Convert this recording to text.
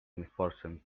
misfortunes